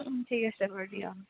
ঠিক আছে বাৰু দিয়া